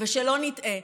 ושלא נטעה,